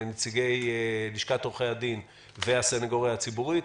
נציגי לשכת עורכי הדין והסנגוריה הציבורית נמצאים בהאזנה לדיון הזה.